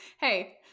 Hey